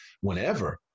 whenever